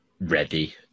ready